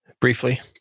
briefly